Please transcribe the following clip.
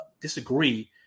disagree